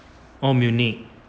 oh munich